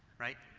right?